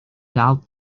doubt